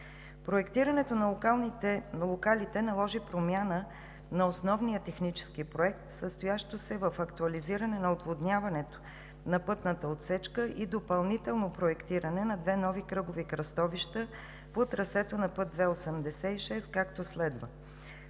Проектирането на локалите наложи промяна на основния технически проект, състояща се в актуализиране на отводняването на пътната отсечка и допълнително проектиране на две нови кръгови кръстовища по трасето на път II-86, както следва: